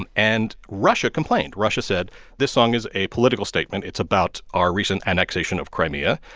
and and russia complained. russia said this song is a political statement. it's about our recent annexation of crimea.